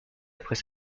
après